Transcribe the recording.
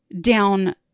down